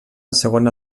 segona